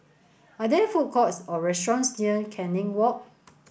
are there food courts or restaurants near Canning Walk